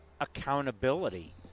accountability